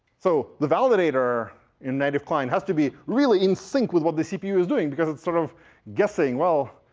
so the validator in native client has to be really in sync with what the cpu is doing because it's sort of guessing, well,